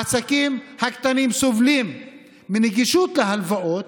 העסקים הקטנים סובלים מאי-נגישות של הלוואות.